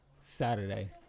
Saturday